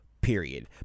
Period